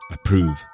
Approve